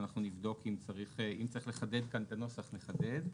אנחנו נבדוק ואם צריך לחדד כאן את הנוסח, נחדד.